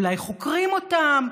אולי חוקרים אותם,